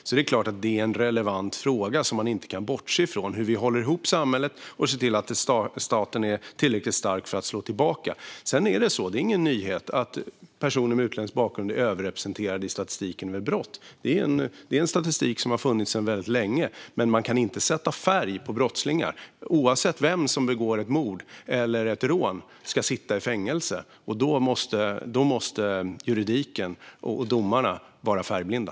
Så det är klart att det är en relevant fråga som man inte kan bortse från hur vi håller ihop samhället och ser till att staten är tillräckligt stark för att slå tillbaka. Sedan är det så, och det är ingen nyhet, att personer med utländsk bakgrund är överrepresenterade i statistiken över brott. Det är en statistik som har funnits väldigt länge. Men man kan inte sätta färg på brottslingar. Oavsett vem som begår ett mord eller ett rån ska denna person sitta i fängelse, och då måste juridiken och domarna vara färgblinda.